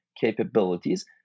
capabilities